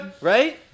right